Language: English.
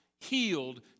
healed